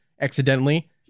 accidentally